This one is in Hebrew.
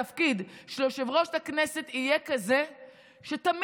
התפקיד של יושב-ראש הכנסת יהיה כזה שתמיד,